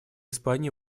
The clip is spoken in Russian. испании